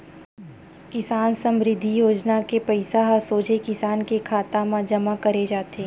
किसान समरिद्धि योजना के पइसा ह सोझे किसान के खाता म जमा करे जाथे